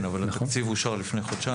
כן, אבל התקציב אושר לפני חודשיים.